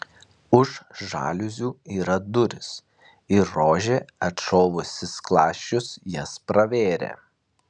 už žaliuzių yra durys ir rožė atšovusi skląsčius jas pravėrė